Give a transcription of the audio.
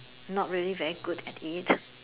not really very good at it